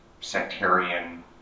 sectarian